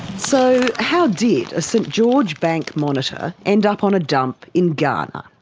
so how did a st george bank monitor end up on a dump in ghana?